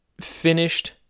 finished